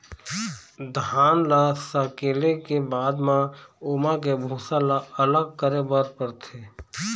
धान ल सकेले के बाद म ओमा के भूसा ल अलग करे बर परथे